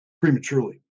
prematurely